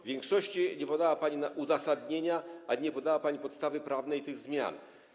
W większości nie podała pani uzasadnienia ani nie podała pani podstawy prawnej tych zmian.